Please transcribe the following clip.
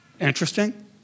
interesting